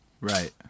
right